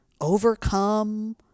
overcome